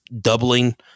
doubling